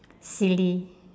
silly